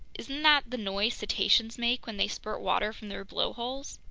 isn't that the noise cetaceans make when they spurt water from their blowholes?